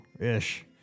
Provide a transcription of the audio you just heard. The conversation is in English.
ish